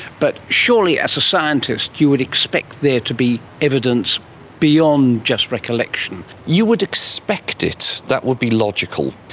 but surely as a scientist you would expect there to be evidence beyond just recollection. you would expect it, that would be logical,